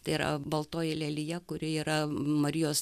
tai yra baltoji lelija kuri yra marijos